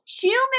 human